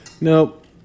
Nope